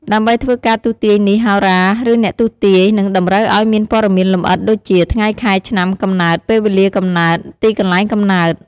ដើម្បីធ្វើការទស្សន៍ទាយនេះ ហោរា ឬអ្នកទស្សន៍ទាយ នឹងតម្រូវឱ្យមានព័ត៌មានលម្អិតដូចជា ថ្ងៃ ខែ ឆ្នាំ កំណើត ពេលវេលាកំណើត ទីកន្លែងកំណើត។